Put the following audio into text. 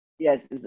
Yes